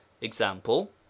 Example